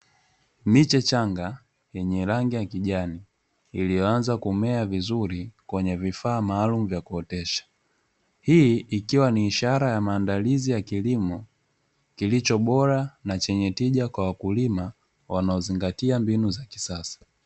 Miche change yenye rangi ya kijani iliyoanza kumea vizuri kwenye vifaa maalumu vya kuotesha, hii ikiwa ni ishara ya maandalizi ya kilimo, kilicho bora na tija kwa wakulima wanoz ingatia mbinu za kisasa.